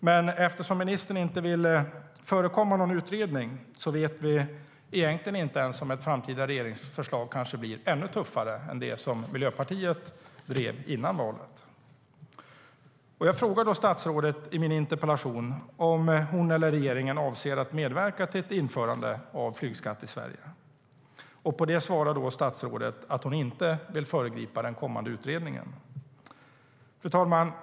Men eftersom ministern inte vill förekomma någon utredning vet vi egentligen inte ens om ett framtida regeringsförslag blir ännu tuffare än det som Miljöpartiet drev före valet. Jag frågade statsrådet i min interpellation om hon eller regeringen avser att medverka till ett införande av flygskatt i Sverige. På det svarar då statsrådet att hon inte vill föregripa den kommande utredningen. Fru talman!